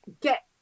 Get